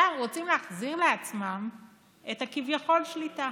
עכשיו רוצים להחזיר לעצמם את הכביכול-שליטה.